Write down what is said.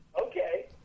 Okay